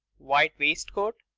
white waistcoat,